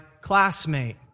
classmate